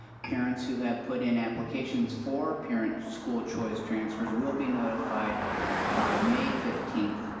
parents who have put in applications for parent school choice transfers will be notified by may fifteenth,